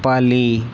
पाली